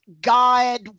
god